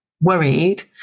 worried